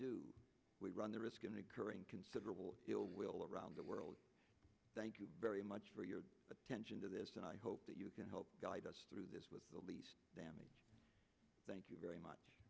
do we run the risk incurring considerable ill will around the world thank you very much for your attention to this and i hope that you can help guide us through this with the least damage thank you very much